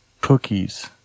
cookies